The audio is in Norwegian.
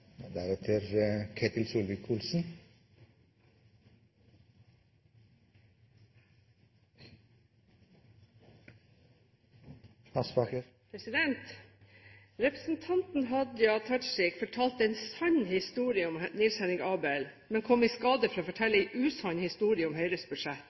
Representanten Hadia Tajik fortalte en sann historie om Niels Henrik Abel, men kom i skade for å fortelle en usann historie om Høyres budsjett.